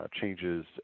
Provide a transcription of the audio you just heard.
changes